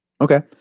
Okay